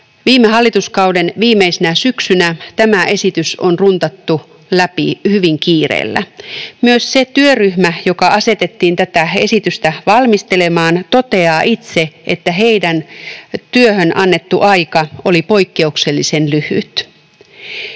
viime hallituskauden viimeisenä syksynä tämä esitys on runtattu läpi hyvin kiireellä. Myös se työryhmä, joka asetettiin tätä esitystä valmistelemaan, toteaa itse, että heidän työhönsä annettu aika oli poikkeuksellisen lyhyt.